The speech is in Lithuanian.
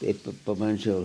kaip pabandžiau